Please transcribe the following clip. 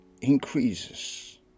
increases